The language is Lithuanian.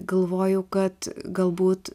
galvoju kad galbūt